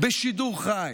בשידור חי,